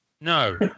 no